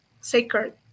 sacred